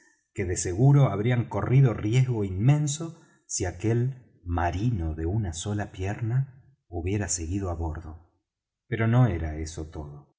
que de seguro habrían corrido riesgo inmenso si aquel marino de una sola pierna hubiera seguido á bordo pero no era eso todo